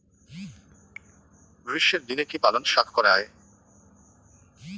গ্রীষ্মের দিনে কি পালন শাখ করা য়ায়?